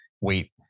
wait